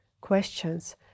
questions